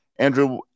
Andrew